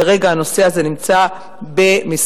כרגע הנושא הזה נמצא במשרד,